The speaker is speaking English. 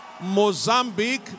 Mozambique